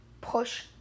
push